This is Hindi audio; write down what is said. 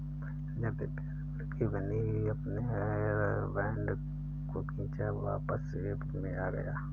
जब दिव्या रबड़ की बनी अपने हेयर बैंड को खींचा वापस शेप में आ गया